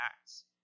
Acts